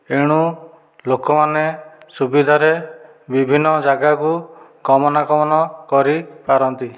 ଏଣୁ ଲୋକମାନେ ସୁବିଧାରେ ବିଭିନ୍ନ ଜାଗାକୁ ଗମନାଗମନ କରିପାରନ୍ତି